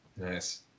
Nice